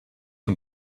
und